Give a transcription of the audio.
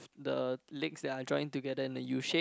the legs that are joined together in the U shape